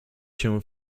się